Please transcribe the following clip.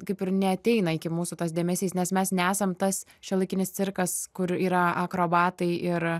kaip ir neateina iki mūsų tas dėmesys nes mes nesam tas šiuolaikinis cirkas kur yra akrobatai ir